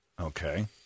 Okay